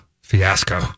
fiasco